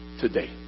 today